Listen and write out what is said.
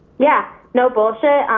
yeah no bullshit.